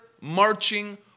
marching